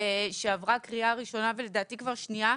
שעברה קריאה ראשונה, ולדעתי גם שנייה,